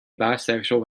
bisexual